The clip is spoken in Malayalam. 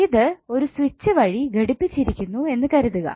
ഇത് ഒരു സ്വിച്ച് വഴി ഘടിപ്പിച്ചിരിക്കുന്നു എന്ന് കരുതുക